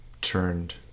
turned